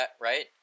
Right